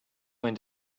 going